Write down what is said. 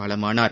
காலமானார்